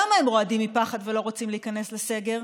למה הם רועדים מפחד ולא רוצים להיכנס לסגר,